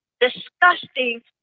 disgusting